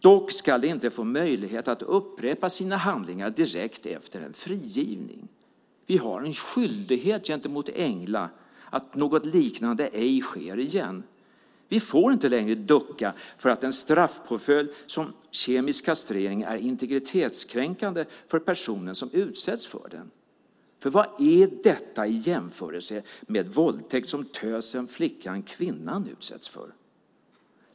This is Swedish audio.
Dock ska de inte få möjlighet att upprepa sina handlingar direkt efter en frigivning. Vi har en skyldighet gentemot Engla att något liknande inte sker igen. Vi får inte längre ducka för att en straffpåföljd som kemisk kastrering är integritetskränkande för personen som utsätts för den, för vad är det i jämförelse med den våldtäkt som tösen, flickan, kvinnan utsätts för?